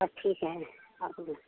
सब ठीक है आप लोग